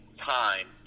time